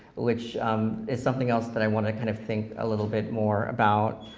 which is something else that i want to kind of think a little bit more about.